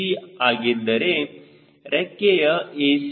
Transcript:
G ಹಾಗಿದ್ದರೆ ರೆಕ್ಕೆಯ a